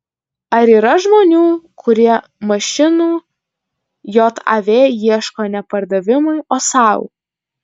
ar yra žmonių kurie mašinų jav ieško ne pardavimui o sau